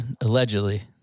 Allegedly